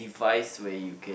device where you can